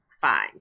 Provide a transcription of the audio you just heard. fine